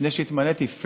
לפני שהתמניתי,